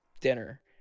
dinner